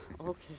okay